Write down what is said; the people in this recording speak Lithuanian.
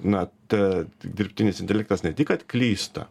na ta dirbtinis intelektas ne tik kad klysta